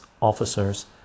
officers